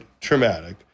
traumatic